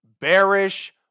bearish